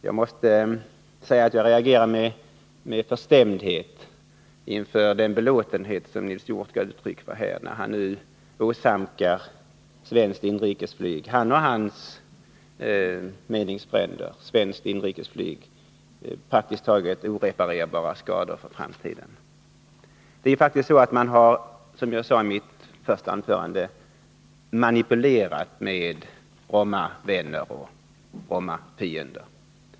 Jag måste säga att jag reagerar med förstämdhet inför den belåtenhet som Nils Hjorth gav uttryck för här, när han och hans meningsfränder nu åsamkar svenskt inrikesflyg praktiskt taget oreparerbara skador för framtiden. Man har faktiskt, som jag sade i mitt första anförande, manipulerat med Brommavänner och Brommafiender.